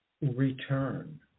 return